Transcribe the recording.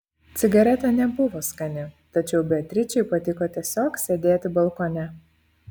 cigaretė nebuvo skani tačiau beatričei patiko tiesiog sėdėti balkone